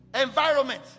environment